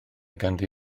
ganddi